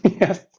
yes